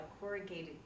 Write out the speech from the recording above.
corrugated